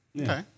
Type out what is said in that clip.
Okay